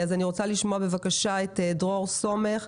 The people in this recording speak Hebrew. אז אני רוצה לשמוע בבקשה את דרור סומך,